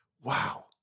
wow